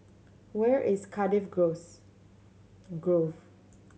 where is Cardiff gross Grove